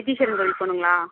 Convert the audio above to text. Vaitheeswaran Koil போகணுங்களா